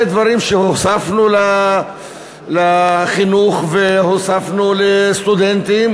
דברים שהוספנו לחינוך והוספנו לסטודנטים,